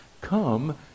come